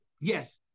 Yes